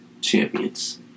champions